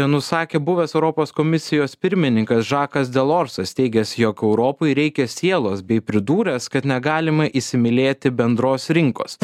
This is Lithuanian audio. nusakė buvęs europos komisijos pirmininkas žakas delorsas teigęs jog europai reikia sielos bei pridūręs kad negalima įsimylėti bendros rinkos